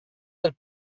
del